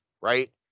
right